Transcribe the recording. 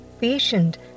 patient